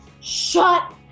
Shut